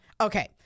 Okay